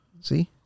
See